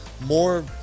more